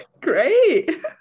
great